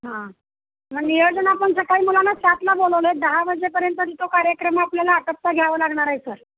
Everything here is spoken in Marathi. हां मग नियोजन आपण सकाळी मुलांना सातला बोलवलं आहे दहा वाजेपर्यंत तरी तो कार्यक्रम आपल्याला आटोपता घ्यावं लागणार आहे सर